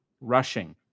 rushing